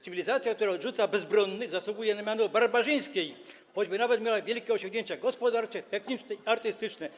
Cywilizacja, która odrzuca bezbronnych, zasługuje na miano barbarzyńskiej, choćby nawet miała wielkie osiągnięcia gospodarcze, techniczne i artystyczne.